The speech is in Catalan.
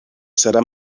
serà